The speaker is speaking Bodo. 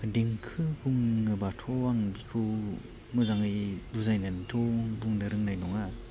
देंखो बुङोब्लाथ' आं बिखौ मोजाङै बुजायनानैथ' बुंनो रोंनाय नङा